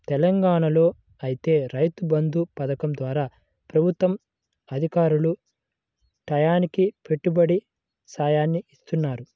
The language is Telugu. తెలంగాణాలో ఐతే రైతు బంధు పథకం ద్వారా ప్రభుత్వ అధికారులు టైయ్యానికి పెట్టుబడి సాయాన్ని ఇత్తన్నారు